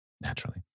Naturally